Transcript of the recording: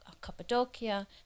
Cappadocia